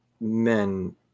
men